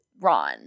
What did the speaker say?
Ron